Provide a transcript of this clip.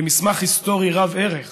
"במסמך היסטורי רב ערך,